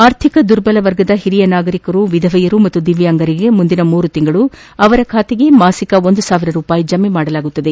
ಅರ್ಥಿಕ ದುರ್ಬಲ ವರ್ಗದ ಹಿರಿಯ ನಾಗರಿಕರು ವಿಧವೆಯರು ಮತ್ತು ದಿವ್ಯಾಂಗರಿಗೆ ಮುಂದಿನ ಮೂರು ತಿಂಗಳು ಅವರ ಖಾತೆಗೆ ಮಾಸಿಕ ಒಂದು ಸಾವಿರ ರೂಪಾಯಿ ಜಮೆ ಮಾಡಲಾಗುವುದು